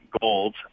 gold